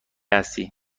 هستش